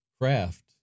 craft